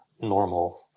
normal